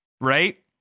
Right